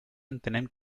entenem